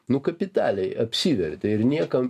nu kapitaliai apsivertė ir niekam